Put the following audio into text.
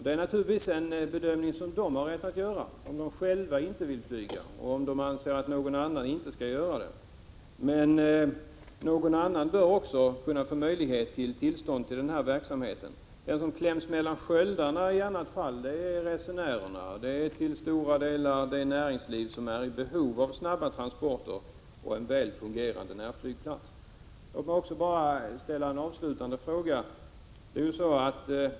Det är naturligtvis en bedömning som SAS har rätt att göra, om företaget självt inte vill flyga och om de anser att någon annan inte skall göra det. Men någon annan bör också kunna få tillstånd till den här verksamheten. De som kläms mellan sköldarna i annat fall är resenärerna, bl.a. till stora delar det näringsliv som är i behov av snabba transporter och en väl fungerande närflygplats. Låt mig ställa en avslutande fråga.